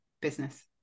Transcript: business